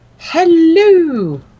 hello